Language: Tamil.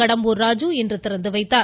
கடம்பூர் ராஜு இன்று திறந்து வைத்தார்